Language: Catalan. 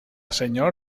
senyor